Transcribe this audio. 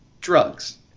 Drugs